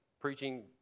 preaching